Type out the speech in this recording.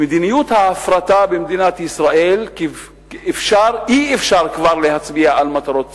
במדיניות ההפרטה במדינת ישראל כבר אי-אפשר להצביע על מטרות ציבוריות,